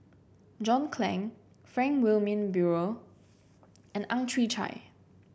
John Clang Frank Wilmin Brewer and Ang Chwee Chai